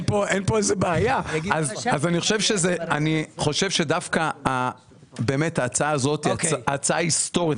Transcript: אני חושב שדווקא ההצעה הזו היא הצעה היסטורית,